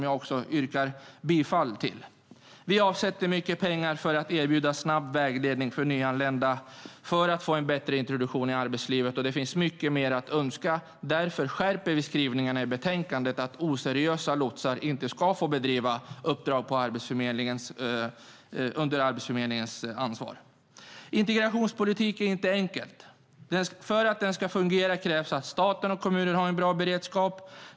Jag yrkar härmed bifall till utskottets förslag. Vi avsätter mycket pengar för att erbjuda snabb vägledning för nyanlända för att de ska få en bättre introduktion i arbetslivet. Där finns det mycket mer att önska. Därför skärper vi i betänkandet skrivningarna: Oseriösa lotsar ska inte få bedriva uppdrag på Arbetsförmedlingens ansvar. Integrationspolitik är inte enkelt. För att den ska fungera krävs att staten och kommunerna har en bra beredskap.